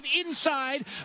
inside